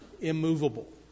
immovable